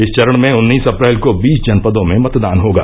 इस चरण में उन्नीस अप्रैल को बीस जनपदों में मतदान होगा